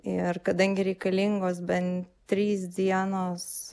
ir kadangi reikalingos bent trys dienos